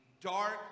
dark